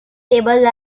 tables